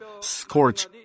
scorch